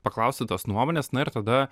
paklausi tos nuomonės na ir tada